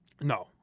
no